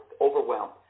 overwhelmed